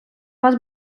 вас